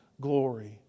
glory